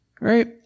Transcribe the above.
Right